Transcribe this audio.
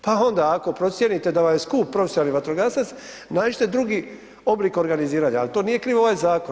Pa onda ako procijenite da vam je skup profesionalni vatrogasac nađite drugi oblik organiziranja, ali to nije kriv ovaj zakon.